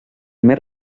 més